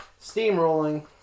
steamrolling